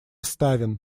ставен